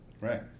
Right